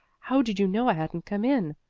how did you know i hadn't come in?